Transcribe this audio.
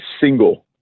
single